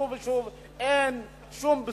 שוב ושוב אין שום בשורה,